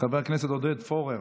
חבר הכנסת עודד פורר,